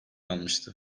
almıştı